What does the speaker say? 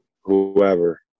whoever